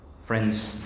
friends